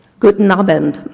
guten abend,